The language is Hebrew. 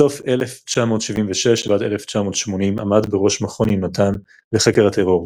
מסוף 1976 ועד 1980 עמד בראש מכון יונתן לחקר הטרור,